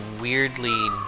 weirdly